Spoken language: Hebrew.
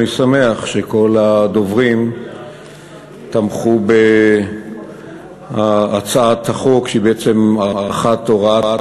אני שמח שכל הדוברים תמכו בהצעת החוק שהיא הארכת הוראת